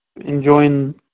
enjoying